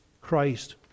Christ